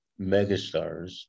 megastars